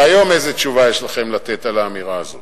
והיום איזו תשובה יש לכם לתת על האמירה הזאת?